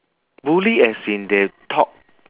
bully as in they talk